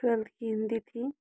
twelfth की हिंदी थी